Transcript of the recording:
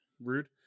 Rude